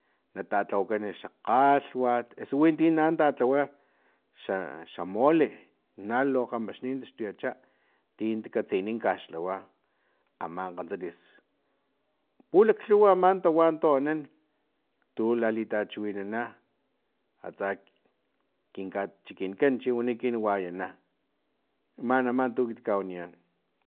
Na tatlawakan xa kgalhwat eso winti na tatlawa xa xa mole na lu kgamaxnin taxtuyacha tin ta katsini takaxlhawa aman kgantsalis pulaklhuw aman tawa tu anan tu latalichiwinana atsa kin kachikinkan chi wani ekinan wayana mani ama tu ekiti kawaniyan